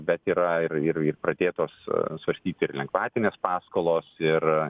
bet yra ir ir pradėtos svarstyti ir lengvatinės paskolos ir